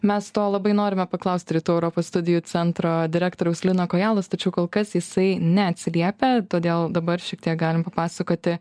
mes to labai norime paklausti rytų europos studijų centro direktoriaus lino kojalos tačiau kol kas jisai neatsiliepia todėl dabar šiek tiek galim papasakoti